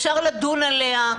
שאפשר לדון עליה.